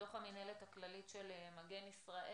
בתוך המנהלת הכללית של 'מגן ישראל'.